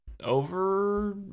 Over